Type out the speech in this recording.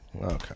Okay